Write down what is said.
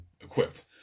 equipped